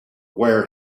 where